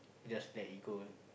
just let it go